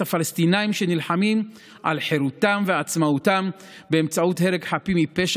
הפלסטינים שנלחמים על חירותם ועצמאותם באמצעות הרג חפים מפשע,